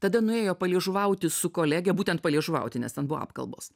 tada nuėjo paliežuvauti su kolege būtent paliežuvauti nes ten buvo apkalbos